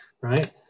right